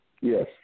Yes